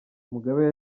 mugabe